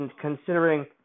considering